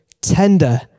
tender